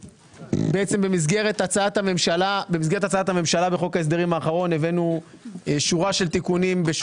במסגרת הצעת הממשלה בחוק ההסדרים האחרון הבאנו שורה של תיקונים.